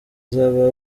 z’aba